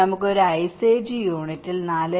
നമുക്ക് ഒരു ice age യൂണിറ്റിൽ 4